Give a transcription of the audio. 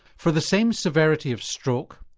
for the same severity of stroke,